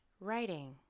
writing